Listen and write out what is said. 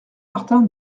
martin